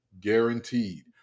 Guaranteed